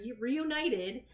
reunited